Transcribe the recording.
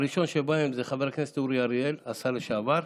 הראשון שבהם זה חבר הכנסת אורי אריאל, השר לשעבר,